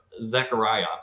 Zechariah